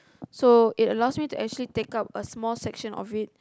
so it allows me actually take up a small session of it